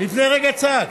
לפני רגע צעקת.